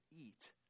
eat